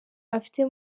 afite